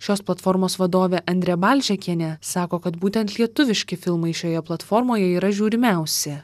šios platformos vadovė andrė balžekienė sako kad būtent lietuviški filmai šioje platformoje yra žiūrimiausi